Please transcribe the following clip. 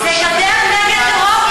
זה גדר נגד טרור,